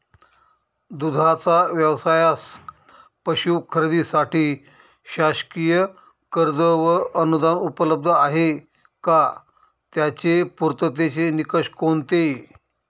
दूधाचा व्यवसायास पशू खरेदीसाठी शासकीय कर्ज व अनुदान उपलब्ध आहे का? त्याचे पूर्ततेचे निकष कोणते?